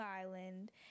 Island